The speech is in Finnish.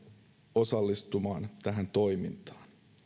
osallistumaan tähän toimintaan